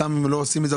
אם לא עושים את זה,